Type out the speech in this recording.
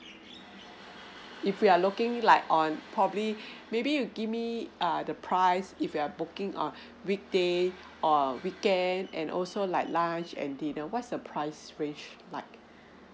if we are looking like on probably maybe you give me err the price if we're booking on weekday or weekend and also like lunch and dinner what's your price range like